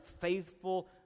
faithful